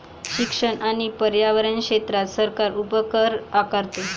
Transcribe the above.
शिक्षण आणि पर्यावरण क्षेत्रात सरकार उपकर आकारते